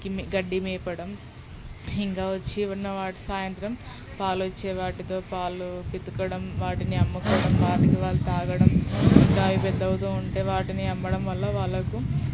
కి గడ్డిమేపడం ఇంకా వచ్చి ఉన్నవాటి సాయంత్రం పాలొచ్చే వాటితో పాలు పితకడం వాటిని అమ్ముకోవడం వాటికి వాళు తాగడం ఇంకా అవి పెద్దవుతూ ఉంటే వాటిని అమ్మడం వల్ల వాళ్ళకు